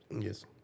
Yes